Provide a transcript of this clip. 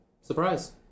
Surprise